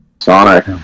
Sonic